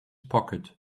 pocket